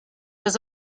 was